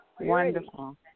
Wonderful